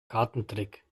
kartentrick